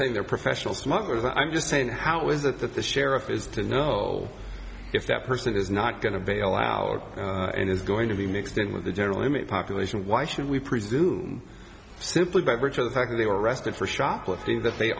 saying they're professional smugglers and i'm just saying how is it that the sheriff is to know if that person is not going to bail out and is going to be mixed in with the general population why should we presume simply by virtue of the fact that they were arrested for shoplifting that they